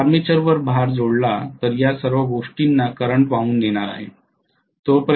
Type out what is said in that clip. मी जर आर्मेचरवर भार जोडला तर या सर्व गोष्टींना करंट वाहून नेणार आहे